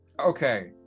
Okay